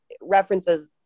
References